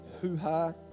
hoo-ha